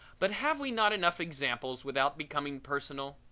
but have we not enough examples without becoming personal?